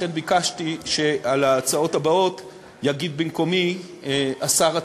לכן ביקשתי שעל ההצעות הבאות יגיב במקומי השר התורן.